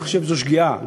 ואני חושב שזו שגיאה,